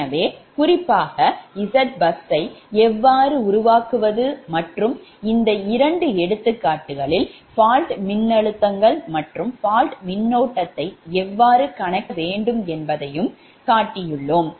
எனவே படிப்படியாக Zbus ஐ எவ்வாறு உருவாக்குவது மற்றும் இந்த இரண்டு எடுத்துக்காட்டுகளில் fault மின்னழுத்தங்கள் மற்றும் fault மின்னோட்டத்தை எவ்வாறு கணக்கிட வேண்டும் என்பதைக் காட்டியுள்ளோம்